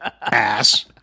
Ass